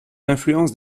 l’influence